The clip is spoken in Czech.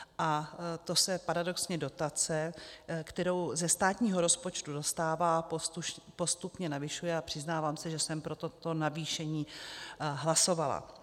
A to se paradoxně dotace, kterou ze státního rozpočtu dostává, postupně navyšuje a přiznávám se, že jsem pro toto navýšení hlasovala.